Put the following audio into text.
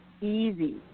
easy